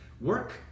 work